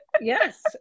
Yes